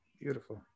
Beautiful